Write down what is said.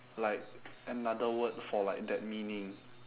like another word for like that meaning